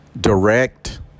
direct